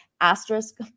asterisk